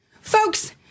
Folks